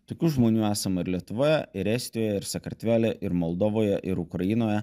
tokių žmonių esama ir lietuvoje ir estijoj ir sakartvele ir moldovoje ir ukrainoje